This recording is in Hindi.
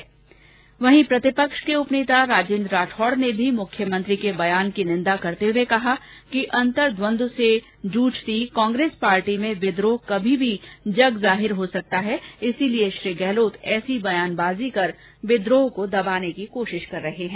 उधर प्रतिपक्ष के उपनेता राजेन्द्र राठौड़ ने भी मुख्यमंत्री के बयान की निंदा करते हये कहा कि अंर्तद्वन्द सके जुझती कांग्रेस पार्टी में विद्रोह कभी भी जगजाहिर हो सकता है इसलिये श्री गहलोत ऐसी बयानबाजी कर विद्रोह को दबाने की कोशिश कर रहे हैं